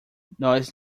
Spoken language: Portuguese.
nós